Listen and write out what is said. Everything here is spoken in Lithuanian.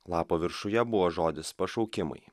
lapo viršuje buvo žodis pašaukimai